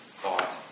thought